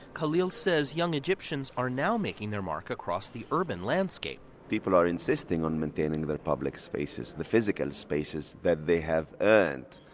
khalil says young egyptians are now making their mark across the urban landscape people are insisting on maintaining their public spaces, the physical spaces, that they have earned,